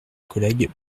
collègue